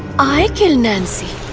i killed nancy.